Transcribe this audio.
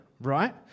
right